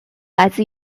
来自